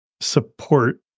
support